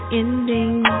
ending